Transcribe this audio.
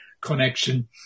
connection